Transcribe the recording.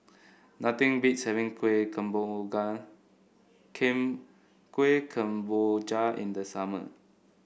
nothing beats having king Kueh Kemboja in the summer